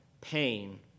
pain